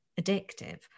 addictive